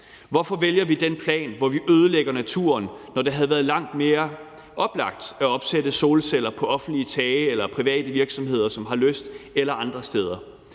Hvorfor vælger vi den plan, hvor vi ødelægger naturen, når det havde været langt mere oplagt at opsætte solceller på offentlige tage eller tage på private virksomheder, som har lyst, eller andre steder?